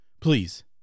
Please